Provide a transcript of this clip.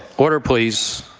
order, please.